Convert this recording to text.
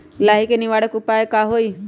लाही के निवारक उपाय का होई?